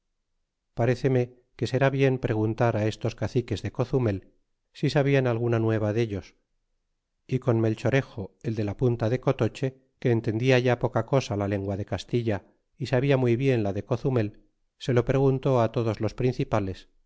paréceme que sera bien preguntar ú estos caciques de cozumel si sabian alguna nueva dellos y con melchorejo el de la punta de cotoche que entendia ya poca cosa la lengua de castilla y sabia muy bien la de cozumel se ki preguntó á todos los principales